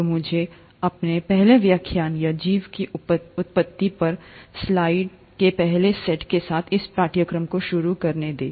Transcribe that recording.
तो मुझे अपने पहले व्याख्यान या जीवन की उत्पत्ति पर स्लाइड के पहले सेट के साथ इस पाठ्यक्रम को शुरू करने दें